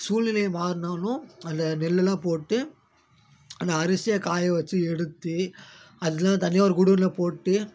சூழ்நிலை மாறினாலும் அதில் நெல்லுலாம் போட்டு அந்த அரிசியை காய வெச்சு எடுத்து அதலாம் தனியாக ஒரு குடோனில் போட்டு